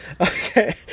Okay